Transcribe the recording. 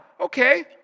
okay